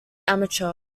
amateur